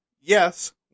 Yes